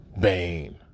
Bane